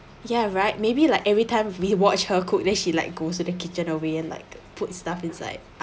ya right maybe like everytime we watch her cook then she liked goes to the kitchen away and like put stuff inside